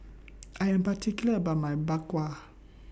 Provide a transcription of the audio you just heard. I Am particular about My Bak Kwa